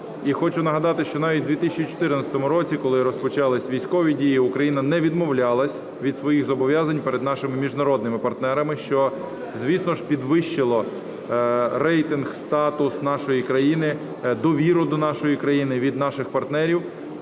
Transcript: хочу нагадати, що навіть у 2014 році, коли розпочались військові дії, Україна не відмовлялась від своїх зобов'язань перед нашими міжнародними партнерами, що, звісно ж, підвищило рейтинг, статус нашої країни, довіру до нашої країни від наших партнерів.